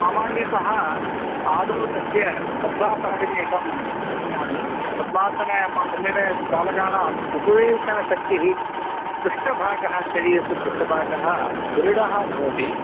सामान्यतः आदौ तस्य पद्मासनमिति एकं पाठयामि पद्मासनं पाठनेन बालकानाम् उपवेशनशक्तिः पृष्ठभागः शरीरस्य पृष्ठभागः दृढः भवति